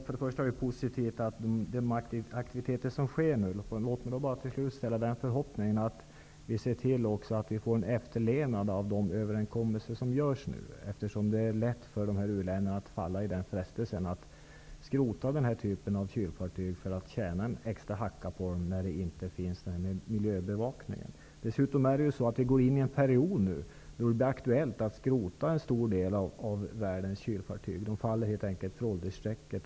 Herr talman! Det är positivt med de aktiviteter som nu sker. Låt mig till slut uttrycka förhoppningen att vi också ser till att vi får en efterlevnad av de överenskommelser som görs nu. Det är ju lätt för u-länderna att falla för frestelsen att skrota dessa kylfartyg för att tjäna en extra hacka när det inte finns någon miljöbevakning. Dessutom går vi nu in i en period när det blir aktuellt att skrota en stor del av världens kylfartyg. De faller helt enkelt för åldersstrecket.